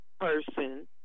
person